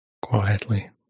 quietly